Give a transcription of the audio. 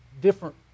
different